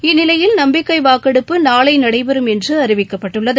இந்நிலையில் நம்பிக்கை வாக்கெடுப்பு நாளை நடைபெறும் என்று அறிவிக்கப்பட்டுள்ளது